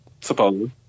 supposedly